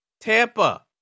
Tampa